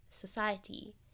society